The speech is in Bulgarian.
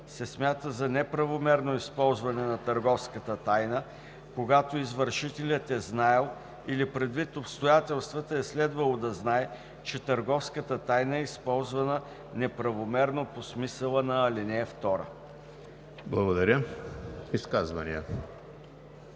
се смята за неправомерно използване на търговската тайна, когато извършителят е знаел или предвид обстоятелствата е следвало да знае, че търговската тайна е използвана неправомерно по смисъла на ал. 2.“